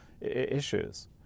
issues